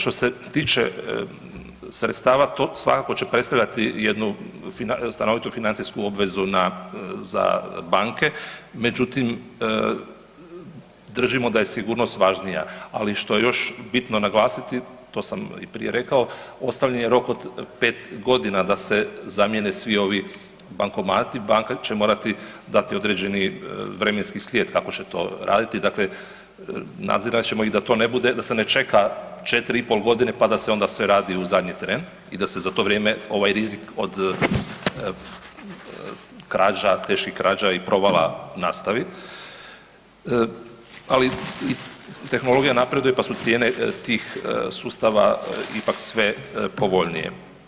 Što se tiče sredstava, to svakako će predstavljati jednu stanovitu financijsku obvezu za banke, međutim, držimo da je sigurnost važnija, ali što je još bitno naglasiti, to sam i prije rekao, ostavljen je rok od 5 godina da se zamijene svi ovi bankomati, banka će morati dati određeni vremenski slijed kako će to raditi, dakle nadzirat ćemo ih da to ne bude, da se ne čeka 4 i pol godine pa da se onda sve radi u zadnji tren i da se za to vrijeme ovaj rizik od krađa, teških krađa i provala nastavi, ali tehnologija napreduje pa su cijene tih sustava ipak sve povoljnije.